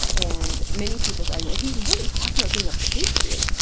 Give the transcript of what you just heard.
and many people's arguments. he's really talking about being a patriot.